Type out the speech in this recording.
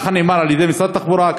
ככה נאמר על-ידי משרד התחבורה,